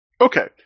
Okay